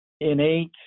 innate